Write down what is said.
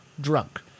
drunk